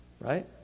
right